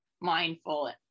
mindful